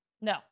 No